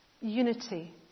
unity